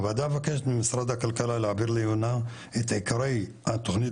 הוועדה מבקשת ממשרד הכלכלה להעביר לעיונה את עיקרי התוכנית